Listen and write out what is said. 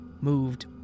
moved